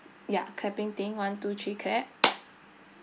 ya clapping thing one two three clap